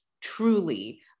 truly